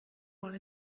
wanna